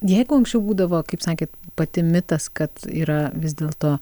jeigu anksčiau būdavo kaip sakėt pati mitas kad yra vis dėl to